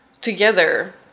together